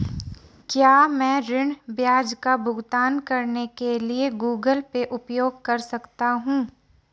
क्या मैं ऋण ब्याज का भुगतान करने के लिए गूगल पे उपयोग कर सकता हूं?